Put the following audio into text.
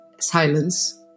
silence